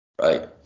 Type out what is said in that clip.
Right